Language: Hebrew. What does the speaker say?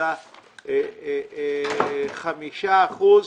75.5 אחוזים